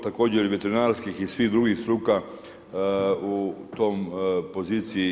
Također i veterinarskih i svih drugih struka u toj poziciji je.